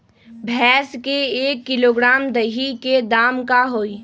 भैस के एक किलोग्राम दही के दाम का होई?